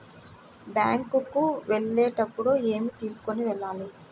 Bank కు వెళ్ళేటప్పుడు ఏమి తీసుకొని వెళ్ళాలి?